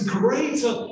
greater